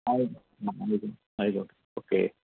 ആയിക്കോട്ടെ ഓക്കേ